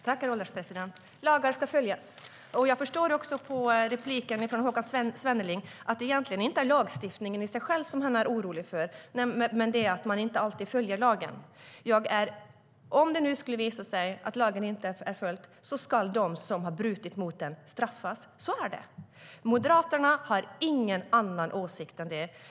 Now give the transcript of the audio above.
Herr ålderspresident! Lagar ska följas. Jag förstår också på repliken från Håkan Svenneling att det egentligen inte är lagstiftningen i sig som han är orolig för, utan att man inte alltid följer lagen. Om det nu skulle visa sig att lagen inte följs ska de som brutit mot den straffas. Så är det. Moderaterna har ingen annan åsikt.